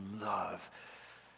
love